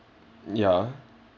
ya